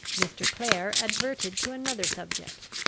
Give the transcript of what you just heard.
mr. clare adverted to another subject.